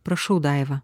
prašau daiva